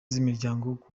z’imiryango